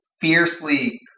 fiercely